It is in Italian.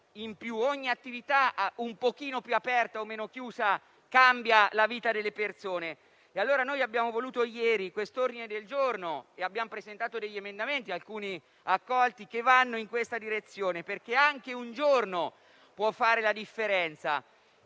ogni attività un po' più aperta o meno chiusa cambia la vita delle persone. Abbiamo dunque voluto ieri un ordine del giorno e abbiamo presentato degli emendamenti - alcuni sono stati accolti - che vanno in questa direzione, perché anche un giorno può fare la differenza